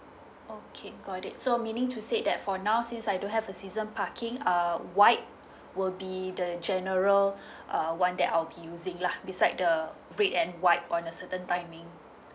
okay got it so meaning to say that for now since I don't have a season parking uh white will be the general uh one that I'll be using lah beside the red and white on a certain timing